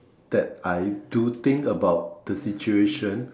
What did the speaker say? that I do think about the situation